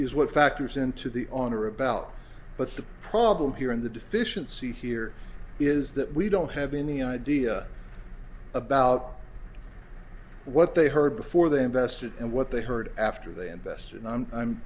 is what factors into the on or about but the problem here and the deficiency here is that we don't have any idea about what they heard before they invested and what they heard after they invest in and i'm